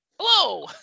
hello